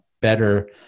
better